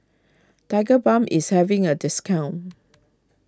Tigerbalm is having a discount